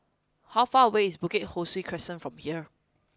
how far away is Bukit Ho Swee Crescent from here